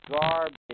garbage